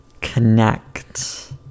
connect